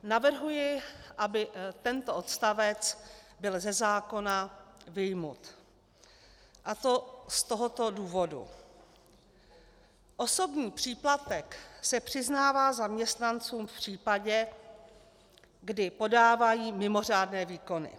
Navrhuji, aby tento odstavec byl ze zákona odňat, a to z tohoto důvodu: Osobní příplatek se přiznává zaměstnancům v případě, kdy podávají mimořádné výkony.